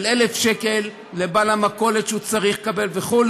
של 1,000 שקל, לבעל מכולת שצריך וכו',